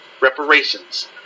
reparations